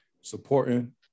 supporting